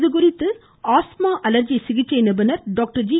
இது குறித்து asthma allergy சிகிச்சை நிபுணர் டாக்டர் ஜி